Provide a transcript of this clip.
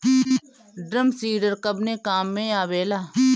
Drum seeder कवने काम में आवेला?